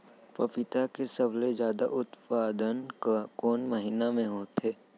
पपीता के सबले जादा उत्पादन कोन महीना में होथे?